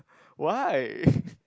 why